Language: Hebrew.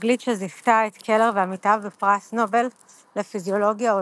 תגלית שזיכתה את קלר ועמיתיו בפרס נובל לפיזיולוגיה או